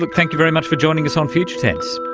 but thank you very much for joining us on future tense.